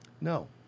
No